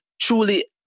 truly